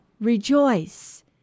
rejoice